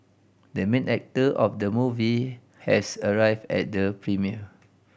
the main actor of the movie has arrived at the premiere